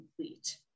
complete